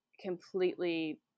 completely